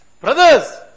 Brothers